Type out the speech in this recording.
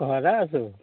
ঘৰতে আছোঁ